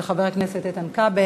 של חבר הכנסת איתן כבל.